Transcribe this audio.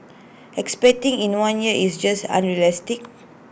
expecting in one year is just unrealistic